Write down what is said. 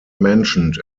mentioned